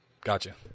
Gotcha